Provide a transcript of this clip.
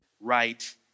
right